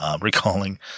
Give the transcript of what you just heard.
recalling